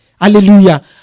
Hallelujah